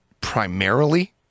primarily